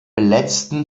letzten